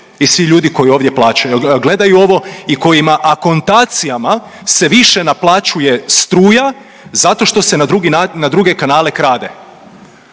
i svih ljudi koji ovdje plaćaju, gledaju ovo i kojima akontacijama se više naplaćuje struja zato što se na druge kanale krade.